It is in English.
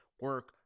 Work